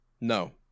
No